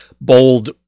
bold